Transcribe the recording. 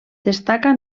destaca